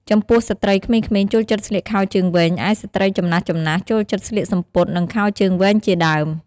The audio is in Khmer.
ចំពោះស្រ្ដីក្មេងៗចូលចិត្តស្លៀកខោជើងវែង ឯស្រ្តីចំណាស់ៗចូលចិត្តស្លៀកសំពត់ និងខោជើងវែងជាដើម។